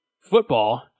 football